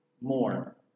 more